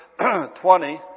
20